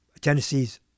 Tennessee's